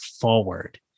forward